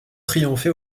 triomphé